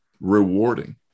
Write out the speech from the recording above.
rewarding